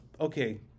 okay